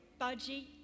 budgie